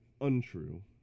untrue